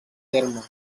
terme